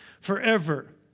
forever